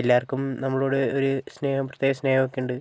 എല്ലാവർക്കും നമ്മളോട് ഒരു സ്നേഹം പ്രത്യേക സ്നേഹമൊക്കെയുണ്ട്